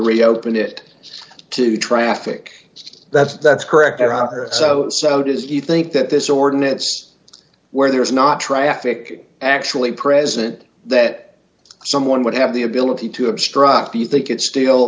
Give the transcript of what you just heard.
reopen it to traffic that's that's correct there are so so does he think that this ordinance where there is not traffic actually present that someone would have the ability to obstruct the think it's still